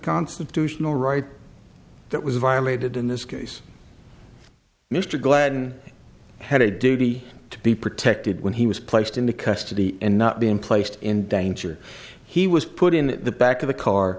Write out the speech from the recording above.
constitutional right that was violated in this case mr glenn had a duty to be protected when he was placed into custody and not being placed in danger he was put in the back of a car